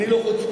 אני לא חוצפן,